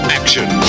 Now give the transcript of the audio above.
action